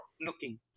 looking